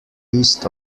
east